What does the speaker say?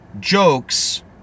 jokes